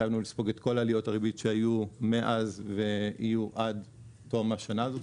התחייבנו לספוג את כל עליות הריבית שהיו מאז ויהיו עד תום השנה הזאת,